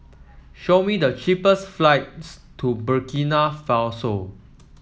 show me the cheapest flights to Burkina Faso